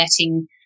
letting